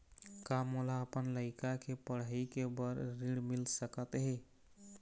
का मोला अपन लइका के पढ़ई के बर ऋण मिल सकत हे?